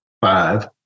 Five